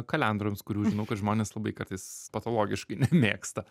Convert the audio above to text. kalendroms kurių žinau kad žmonės labai kartais patologiškai nemėgsta